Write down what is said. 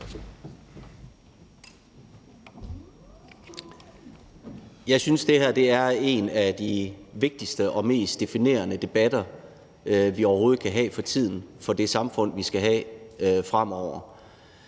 Jeg synes, at det her er en af de vigtigste og mest definerende debatter, vi overhovedet kan have for tiden, for det samfund, vi skal have fremover.